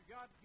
God